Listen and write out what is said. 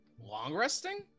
long-resting